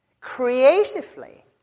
creatively